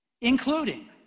including